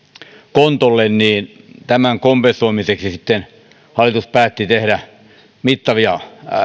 kontolle niin tämän kompensoimiseksi sitten hallitus päätti tehdä mittavia